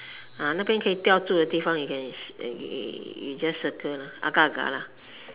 ah 那边可以吊住的地方 you can you just circle lah agak agak lah